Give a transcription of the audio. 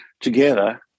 together